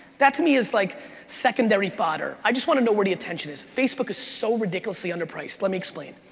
that to me is like secondary fodder. i just want to know where the attention is. facebook is so ridiculously under-priced. let me explain.